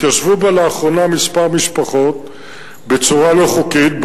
התיישבו בה לאחרונה כמה משפחות בצורה לא חוקית,